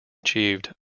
achieved